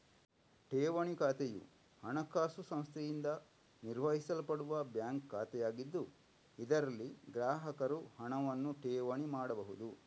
ಠೇವಣಿ ಖಾತೆಯು ಹಣಕಾಸು ಸಂಸ್ಥೆಯಿಂದ ನಿರ್ವಹಿಸಲ್ಪಡುವ ಬ್ಯಾಂಕ್ ಖಾತೆಯಾಗಿದ್ದು, ಇದರಲ್ಲಿ ಗ್ರಾಹಕರು ಹಣವನ್ನು ಠೇವಣಿ ಮಾಡಬಹುದು